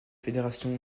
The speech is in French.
fédérations